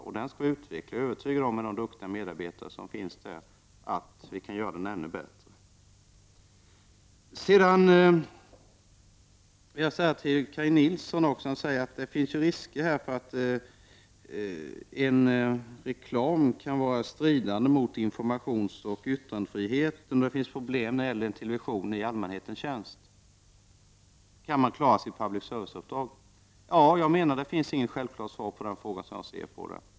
Verksamheten skall utvecklas, och jag är övertygad om att det kan bli ännu bättre med tanke på de duktiga medarbetarna inom koncernen. Kaj Nilsson sade att det finns en risk för att reklam kan strida mot reglerna om informationsoch yttrandefrihet och att det finns problem när det gäller television i allmänhetens tjänst. Kan man klara sitt public service-uppdrag? Jag menar att det inte finns något självklart svar på denna fråga.